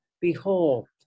behold